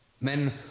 men